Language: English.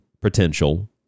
potential